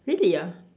really ah